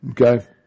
Okay